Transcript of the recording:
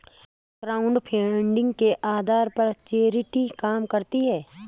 crowdfunding के आधार पर चैरिटी काम करती है